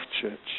church